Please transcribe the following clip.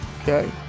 Okay